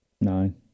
Nine